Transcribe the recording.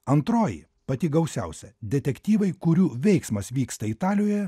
antroji pati gausiausia detektyvai kurių veiksmas vyksta italijoje